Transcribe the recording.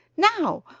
now,